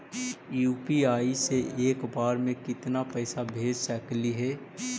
UPI से एक बार मे केतना पैसा भेज सकली हे?